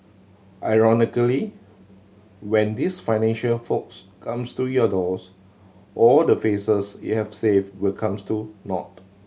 ironically when these financial folks comes to your doors all the faces you have saved will comes to naught